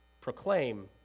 proclaim